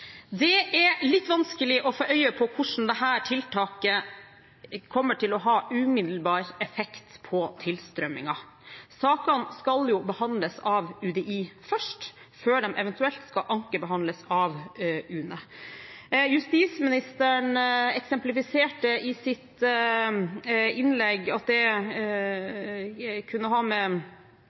Det er litt vanskelig å få øye på hvordan dette tiltaket kommer til å ha umiddelbar effekt på tilstrømmingen. Sakene skal behandles av UDI før de eventuelt ankebehandles av UNE. Justisministeren eksemplifiserte i sitt innlegg at det kunne ha med